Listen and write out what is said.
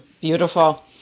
beautiful